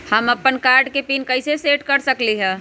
हम अपन कार्ड के पिन कैसे सेट कर सकली ह?